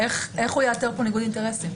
איך הוא יאתר פה ניגוד אינטרסים?